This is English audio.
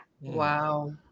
wow